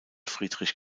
friedrich